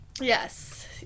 Yes